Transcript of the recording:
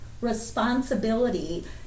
responsibility